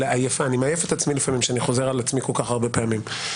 רק אגיד בהערת מעבר לדובר הבא שהציג פה בשבוע שעבר גם